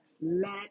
let